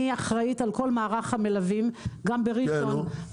אני אחראית על כל מערך המלווים, גם בראשון לציון.